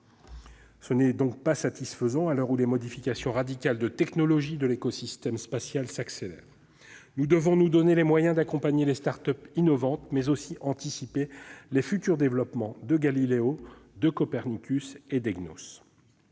Ce n'est pas satisfaisant, à l'heure où les modifications radicales des technologies de l'écosystème spatial s'accélèrent. Nous devons nous donner les moyens d'accompagner les start-up innovantes, mais aussi anticiper les futurs développements de Galileo, de Copernicus et d'Egnos.